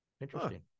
Interesting